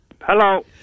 Hello